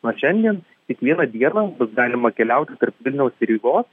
nuo šiandien kiekvieną dieną bus galima keliauti tarp vilniaus ir rygos